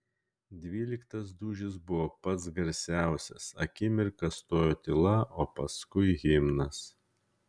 dvyliktas dūžis buvo pats garsiausias akimirką stojo tyla o paskui himnas